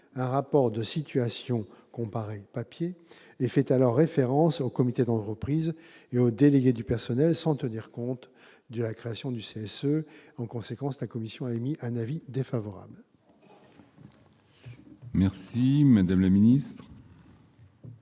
un rapport de situation comparée sur support papier faisant référence au comité d'entreprise et aux délégués du personnel sans tenir compte de la création du CSE. En conséquence, la commission a émis un avis défavorable sur ces amendements.